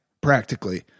practically